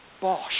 Bosh